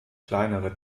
kleinere